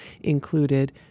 included